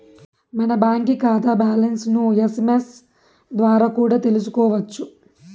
మన బాంకీ కాతా బ్యాలన్స్లను ఎస్.ఎమ్.ఎస్ ద్వారా కూడా తెల్సుకోవచ్చు